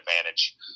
advantage